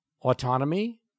Autonomy